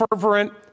fervent